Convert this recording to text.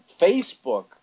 Facebook